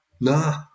Nah